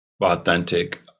authentic